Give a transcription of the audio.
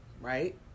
right